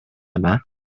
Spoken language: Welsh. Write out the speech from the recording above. yma